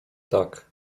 tak